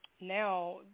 Now